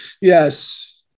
Yes